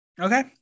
Okay